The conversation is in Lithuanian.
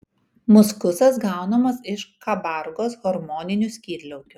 muskusas gaunamas iš kabargos hormoninių skydliaukių